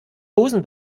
hosen